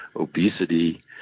obesity